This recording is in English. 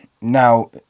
Now